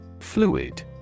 Fluid